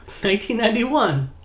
1991